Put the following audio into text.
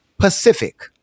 Pacific